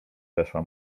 weszła